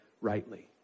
rightly